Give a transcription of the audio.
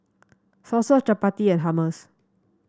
Salsa Chapati and Hummus